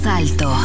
alto